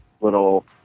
little